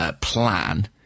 plan